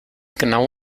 genau